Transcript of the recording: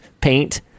paint